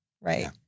Right